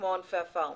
כמו ענפי הפארם.